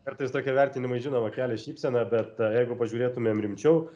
kartais tokie vertinimai žinoma kelia šypseną bet jeigu pažiūrėtumėm rimčiau